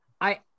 I-